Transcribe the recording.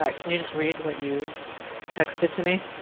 ah can you just read what you texted to me?